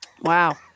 wow